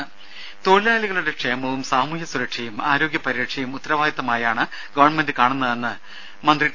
രുഭ തൊഴിലാളികളുടെ ക്ഷേമവും സാമൂഹ്യ സുരക്ഷയും ആരോഗ്യപരിരക്ഷയും ഉത്തരവാദിത്തമായാണ് ഗവൺമെന്റ് കാണുന്നതെന്ന് മന്ത്രി ടി